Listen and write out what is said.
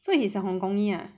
so he's a hong kongee lah